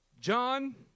John